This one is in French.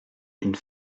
une